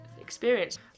experience